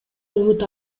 үмүт